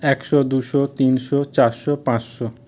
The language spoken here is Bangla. একশো দুশো তিনশো চারশো পাঁচশো